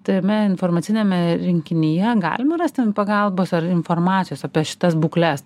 tame informaciniame rinkinyje galima rasti pagalbos ar informacijos apie šitas būkles